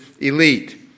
elite